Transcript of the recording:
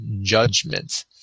judgment